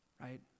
right